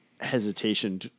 hesitation